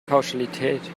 pauschalität